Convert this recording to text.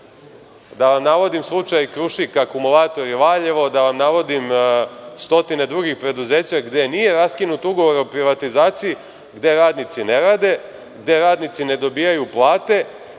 da vam navodim slučaj „Krušik akumulatori“ Valjevo i stotine drugih preduzeća gde nije raskinut ugovor o privatizaciji, gde radnici ne rade, gde radnici ne dobijaju plate